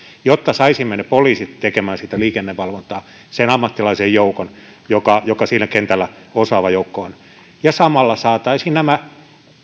jotta saisimme ne poliisit tekemään sitä liikennevalvontaa sen ammattilaisten joukon joka joka sillä kentällä osaava joukko on ja samalla saataisiin nämä